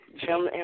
Jim